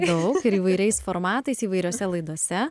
daug ir įvairiais formatais įvairiose laidose